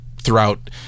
throughout